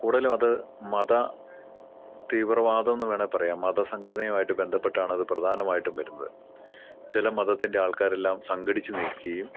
കൂടുതലും അത് മത തീവ്രവാദം എന്ന് വേണെ പറയാം മത സംഘടനയും ആയിട്ട് ബന്ധപ്പെട്ടാണ് അത് പ്രധാനമായിട്ടും വരുന്നത് ചില മതത്തിൻ്റെ ആൾക്കാരെല്ലാം സംഘടിച്ചു നിൽക്കുകയും